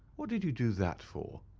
what did you do that for?